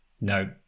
no